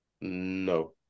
No